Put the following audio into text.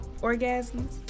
orgasms